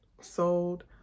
sold